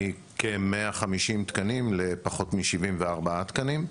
מכ-150 תקנים לפחות מ-74 תקנים.